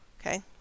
Okay